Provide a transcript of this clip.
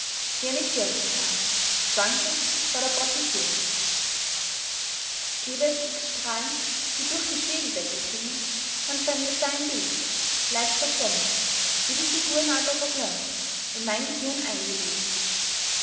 wie eine kirchenfahne schwankend vor der prozession gäbe es x strahlen die durch die schädeldecke dringen man fände sein bild leicht verschwommen wie die figuren alter gobelins in mein gehirn eingewoben